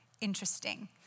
Interesting